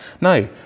No